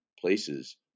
places